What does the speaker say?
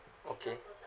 okay